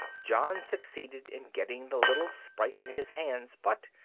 john succeeded in getting the little sprite in his hands but,